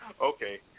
Okay